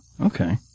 okay